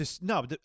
No